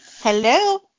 Hello